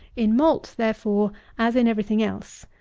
in malt, therefore, as in every thing else,